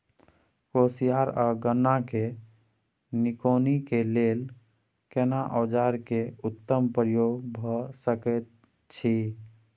कोसयार आ गन्ना के निकौनी के लेल केना औजार के उत्तम प्रयोग भ सकेत अछि?